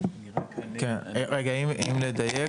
רק אם לדייק